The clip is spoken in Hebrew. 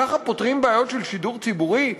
ככה פותרים בעיות של שידור ציבורי?